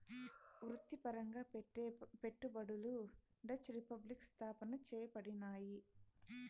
వృత్తిపరంగా పెట్టే పెట్టుబడులు డచ్ రిపబ్లిక్ స్థాపన చేయబడినాయి